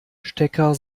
stecker